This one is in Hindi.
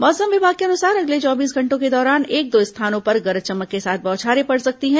मौसम विभाग के अनुसार अगले चौबीस घंटों के दौरान एक दो स्थानों पर गरज चमक के साथ बौछारें पड़ सकती है